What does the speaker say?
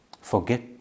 forget